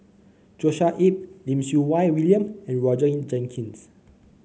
Joshua Ip Lim Siew Wai William and Roger Jenkins